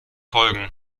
folgen